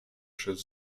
przez